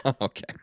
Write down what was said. Okay